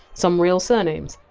some real surnames,